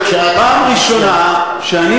הלוואי שהוא היה יכול, חברת הכנסת אברהם.